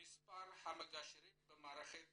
מספר המגשרים במערכת